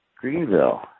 Greenville